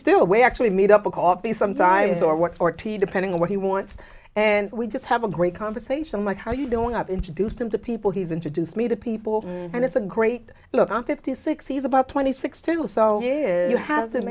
still wear actually made up a coffee some size or what fourteen depending on what he wants and we just have a great conversation like how are you doing i've introduced him to people he's introduced me to people and it's a great look i'm fifty six he's about twenty six too so you have them